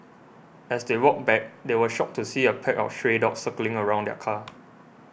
as they walked back they were shocked to see a pack of stray dogs circling around the car